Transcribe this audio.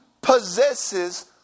possesses